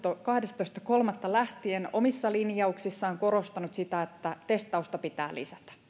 kahdestoista kolmatta lähtien omissa linjauksissaan korostanut sitä että testausta pitää lisätä